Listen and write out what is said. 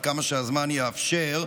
עד כמה שהזמן יאפשר,